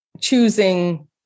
choosing